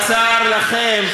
בצר לכם,